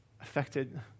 affected